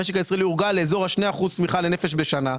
המשק הישראלי הורגל לאזור ה-2% צמיחה לנפש בשנה.